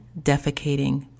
defecating